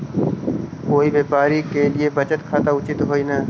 कोई व्यापारी के लिए बचत खाता उचित न हइ